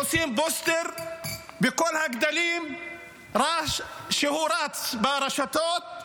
עושים פוסטר בכל הגדלים והוא רץ ברשתות,